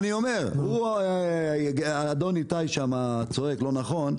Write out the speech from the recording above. אני אומר, אדון איתי שם צועק "לא נכון".